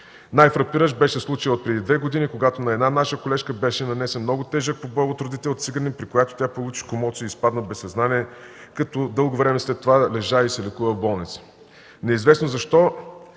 Най-фрапиращ беше случаят отпреди две години, когато на една наша колежка беше нанесен много тежък побой от родител циганин, при което тя получи комоцио и изпадна в безсъзнание, като дълго време след това лежа и се лекува в болница. Неизвестно защо